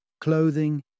clothing